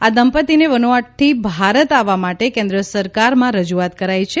આ દંપતીએ વનુઆટુથી ભારત આવવા માટે કેન્દ્ર સરકારમાં રજુઆત કરી છે